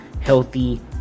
healthy